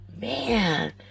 Man